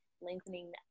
lengthening